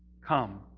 Come